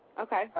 Okay